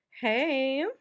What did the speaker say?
Hey